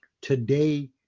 Today